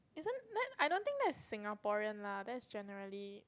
isn't then I don't think that's Singaporean lah that's generally